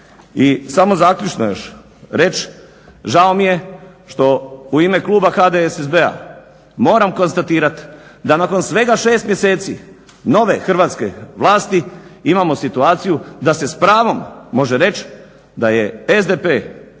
I samo zaključno još reći, zao mi što u ime kluba HDSSB-a moram konstatirati da nakon svega 6 mjeseci nove hrvatske vlasti imamo situaciju da se s pravom može reći da je SDP i